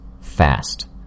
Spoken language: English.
fast